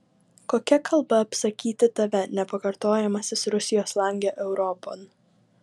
kokia kalba apsakyti tave nepakartojamasis rusijos lange europon